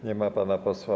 Nie ma pana posła.